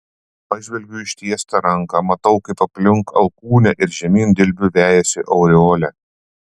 pažvelgiu į ištiestą ranką matau kaip aplink alkūnę ir žemyn dilbiu vejasi aureolė